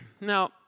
Now